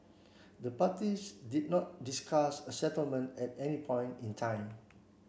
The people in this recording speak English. the parties did not discuss a settlement at any point in time